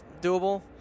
doable